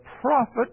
prophet